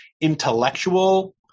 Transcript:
intellectual